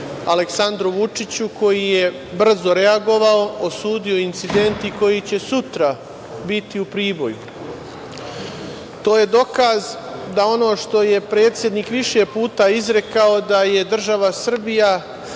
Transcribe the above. Aleksandru Vučiću, koji je brzo reagovao, osudio incidente i koji će sutra biti u Priboju. To je dokaz da ono što je predsednik više puta izrekao, da država Srbija